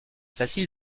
facile